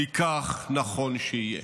כי כך נכון שיהיה.